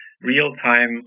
real-time